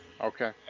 Okay